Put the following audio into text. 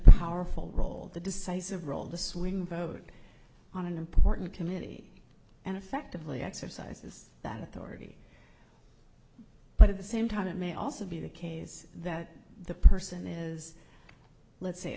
powerful role the decisive role the swing vote on an important committee and effectively exercises that authority but at the same time it may also be the case that the person in let's say